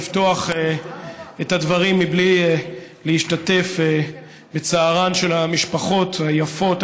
לפתוח את הדברים בלי להשתתף בצערן של המשפחות היפות,